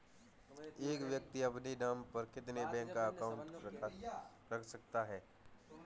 एक व्यक्ति अपने नाम पर कितने बैंक अकाउंट रख सकता है?